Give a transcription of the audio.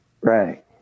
Right